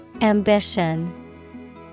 Ambition